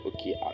okay